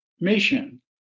mission